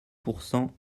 pourcent